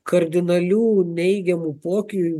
kardinalių neigiamų poky